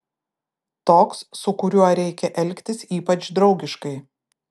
toks su kuriuo reikia elgtis ypač draugiškai